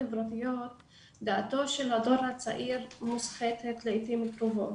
החברתיות דעתו של הדור הצעיר מוסחת לעיתים קרובות.